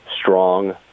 strong